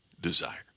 desire